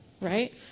right